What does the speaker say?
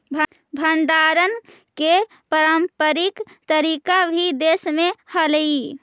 भण्डारण के पारम्परिक तरीका भी देश में हलइ